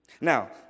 Now